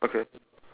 ya